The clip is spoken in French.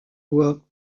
bois